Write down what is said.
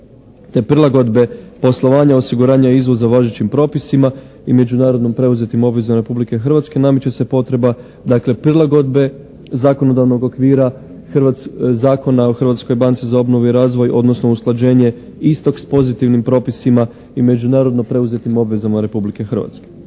te prilagodbe poslovanja osiguranja izvoza važećim propisima i međunarodno preuzetim obvezama Republike Hrvatske nameće se potreba dakle prilagodbe zakonodavnog okvira Zakona o Hrvatskoj banci za obnovu i razvoj odnosno usklađenje istog s pozitivnim propisima i međunarodno preuzetim obvezama Republike Hrvatske.